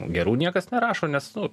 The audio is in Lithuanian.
gerų niekas nerašo nes nu